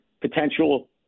potential